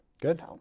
Good